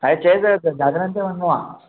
ऐं चई जाइंसि जागरण ते वञिणो आहे